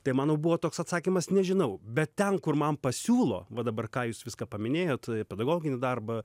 tai mano buvo toks atsakymas nežinau bet ten kur man pasiūlo va dabar ką jūs viską paminėjot pedagoginį darbą